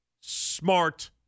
smart